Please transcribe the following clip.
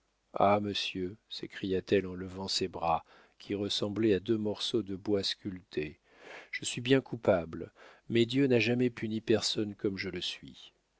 ah monsieur s'écria-t-elle en levant ses bras qui ressemblaient à deux morceaux de bois sculpté je suis bien coupable mais dieu n'a jamais puni personne comme je le suis